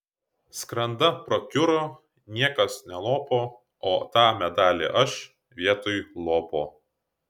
skranda prakiuro niekas nelopo o tą medalį aš vietoj lopo